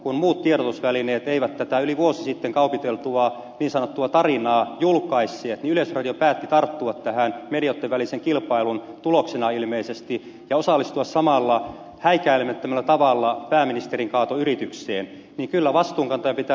kun muut tiedotusvälineet eivät tätä yli vuosi sitten kaupiteltua niin sanottua tarinaa julkaisseet ja yleisradio päätti tarttua tähän medioitten välisen kilpailun tuloksena ilmeisesti ja osallistua samalla häikäilemättömällä tavalla pääministerin kaatoyritykseen niin kyllä vastuunkantajan pitää löytyä